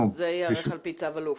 זה ייערך על פי צו אלוף.